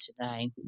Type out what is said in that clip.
today